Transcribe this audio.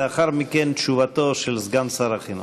לאחר מכן, תשובתו של סגן שר החינוך.